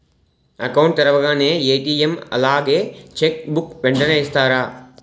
Account తెరవగానే ATM అలాగే cheque book వెంటనే ఇస్తారా?